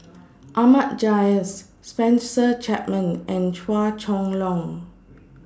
Ahmad Jais Spencer Chapman and Chua Chong Long